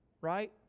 right